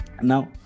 Now